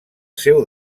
seu